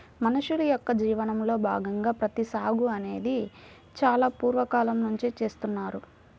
మనుషుల యొక్క జీవనంలో భాగంగా ప్రత్తి సాగు అనేది చాలా పూర్వ కాలం నుంచే చేస్తున్నారు